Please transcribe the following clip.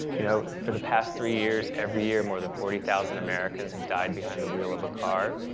you know for the past three years every year more than forty thousand americans have died behind the wheel of a car.